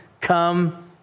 come